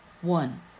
One